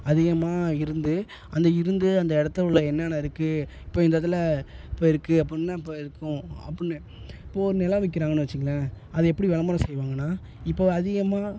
அதிகமாக இருந்து அந்த இருந்து அந்த எடத்தை உள்ள என்னன்னா இருக்குது இப்போ இந்த இதில் இப்போ இருக்குது அப்புடின்னா அப்போ இருக்கும் அப்பிடின்னு இப்போ ஒரு நிலம் விற்கிறாங்கன்னு வச்சிங்களேன் அதை எப்படி விளம்பரம் செய்வாங்கன்னால் இப்போ அதிகமாக